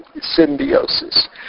symbiosis